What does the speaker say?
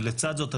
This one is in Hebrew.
ולצד זאת,